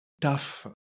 tough